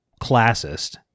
classist